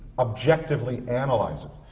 objectively, analyze it.